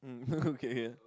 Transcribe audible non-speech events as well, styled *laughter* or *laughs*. um okay *laughs* yeah